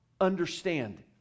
understand